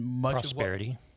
Prosperity